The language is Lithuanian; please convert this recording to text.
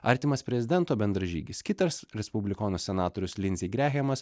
artimas prezidento bendražygis kitas respublikonų senatorius linzė grehemas